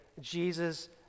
Jesus